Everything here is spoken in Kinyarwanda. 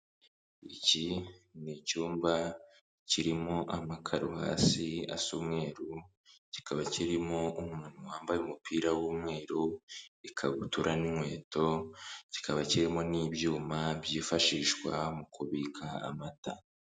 Iki ni cyumba kirimo amakaro hasi asa umweru, kikaba kirimo umuntu wambaye umupira w'umweru, ikabutura n'inkweto, kikaba kirimo n'ibyuma byifashishwa mu kubika amata.